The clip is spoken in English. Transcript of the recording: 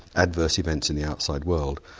adverse events in the outside world.